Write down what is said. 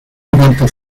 durante